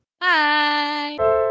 Bye